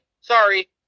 Sorry